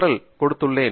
LI கொடுத்துள்ளேன்